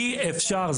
אי אפשר,